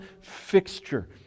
fixture